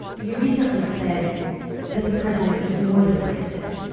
you recently said that the president was more than a racist,